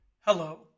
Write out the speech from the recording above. hello